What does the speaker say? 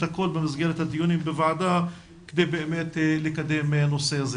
הכול במסגרת הדיונים בוועדה כדי לקדם את הנושא הזה.